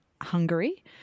Hungary